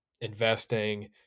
investing